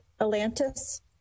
Atlantis